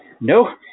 no